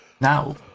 Now